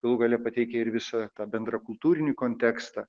galų gale pateikia ir visą tą bendrą kultūrinį kontekstą